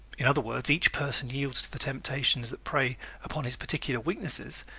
in other words, each person yields to the temptations that prey upon his particular weaknesses,